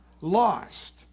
Lost